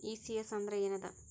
ECS ಅಂದ್ರ ಏನದ?